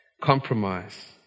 compromise